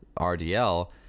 RDL